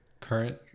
current